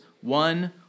one